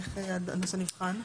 איך הנושא נבחן?